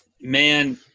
man